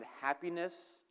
happiness